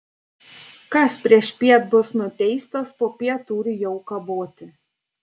kas priešpiet bus nuteistas popiet turi jau kaboti